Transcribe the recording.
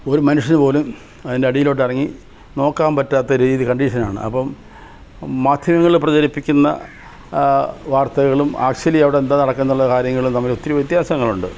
ഒരു മനുഷ്യന് പോലും അതിന്റടിയിലോട്ടിറങ്ങി നോക്കാന് പറ്റാത്ത രീതി കണ്ടീഷനാണ് അപ്പോള് മാധ്യമങ്ങള് പ്രചരിപ്പിക്കുന്ന വാർത്തകളും ആഷൊലി അവടെന്താ നടക്കുന്ന കാര്യങ്ങളും തമ്മിലൊത്തിരി വ്യത്യാസങ്ങളുണ്ട്